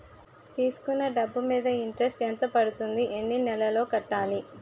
తీసుకున్న డబ్బు మీద ఇంట్రెస్ట్ ఎంత పడుతుంది? ఎన్ని నెలలో కట్టాలి?